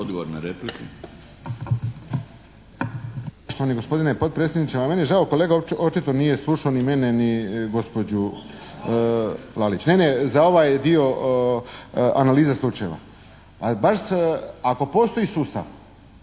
Odgovor na repliku.